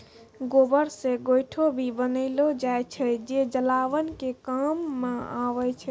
गोबर से गोयठो भी बनेलो जाय छै जे जलावन के काम मॅ आबै छै